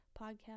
podcast